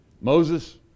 Moses